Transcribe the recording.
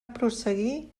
prosseguir